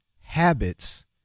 habits